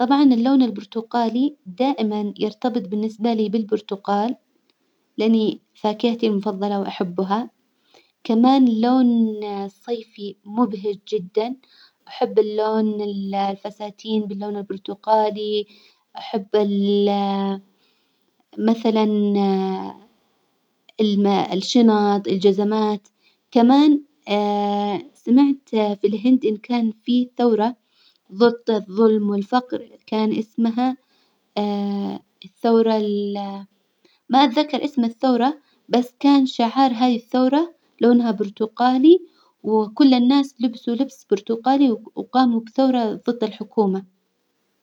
طبعا اللون البرتقالي دائما يرتبط بالنسبة لي بالبرتقال، لإني فاكهتي المفظلة وأحبها، كمان لون صيفي مبهج جدا، أحب اللون ال- الفساتين باللون البرتقالي، أحب ال مثلا ال- الشنط، الجزمات، كمان سمعت في الهند إن كان في ثورة ظد الظلم والفقر كان إسمها الثورة ال ما أتذكر إسم الثورة، بس كان شعار هذي الثورة لونها برتقالي، وكل الناس لبسوا لبس برتقالي، وقاموا بثورة ظد الحكومة.